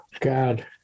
God